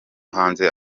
hanze